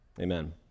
Amen